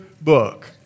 book